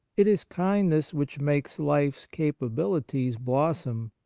it is kindness which makes life's capabilities blossom,